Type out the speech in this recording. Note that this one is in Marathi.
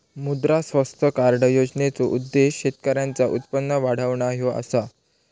मुद्रा स्वास्थ्य कार्ड योजनेचो उद्देश्य शेतकऱ्यांचा उत्पन्न वाढवणा ह्यो असा